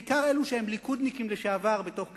בעיקר אלה שהם ליכודניקים לשעבר בתוך קדימה,